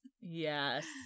yes